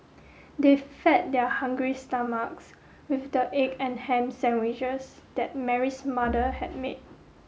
they fed their hungry stomachs with the egg and ham sandwiches that Mary's mother had made